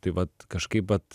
tai vat kažkaip vat